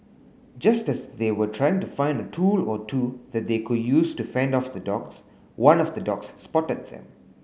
just as they were trying to find a tool or two that they could use to fend off the dogs one of the dogs spotted them